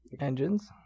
engines